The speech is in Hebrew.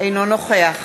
אינו נוכח